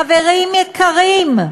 חברים יקרים,